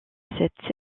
cette